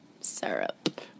syrup